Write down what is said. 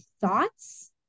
thoughts